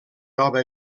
nova